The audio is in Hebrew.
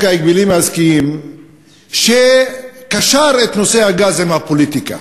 ההגבלים העסקיים שקשר את נושא הגז עם הפוליטיקה